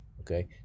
Okay